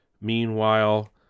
Meanwhile